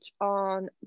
on